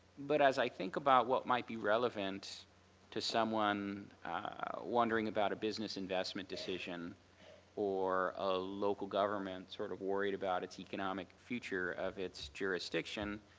but as i think about what might be relevant to someone wondering about a business investment decision for a local government sort of worried about its economic future of its jurisdiction,